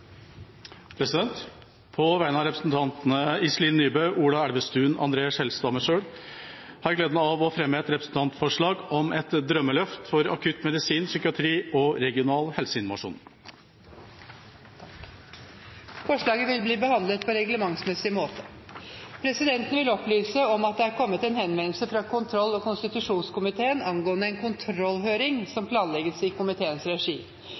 På vegne av representantene Iselin Nybø, Ola Elvestuen, André N. Skjelstad og meg selv har jeg gleden av å fremme et representantforslag om et drømmeløft for akutt medisin, psykiatri og regional helseinnovasjon. Forslaget vil bli behandlet på reglementsmessig måte. Presidenten vil opplyse om at det er kommet en henvendelse fra kontroll- og konstitusjonskomiteen angående en kontrollhøring som planlegges i komiteens regi.